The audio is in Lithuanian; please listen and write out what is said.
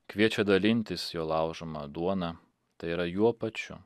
kviečia dalintis jo laužoma duona tai yra juo pačiu